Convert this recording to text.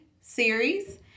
series